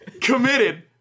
committed